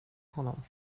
honom